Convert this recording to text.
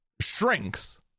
shrinks